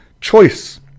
choice